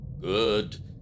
Good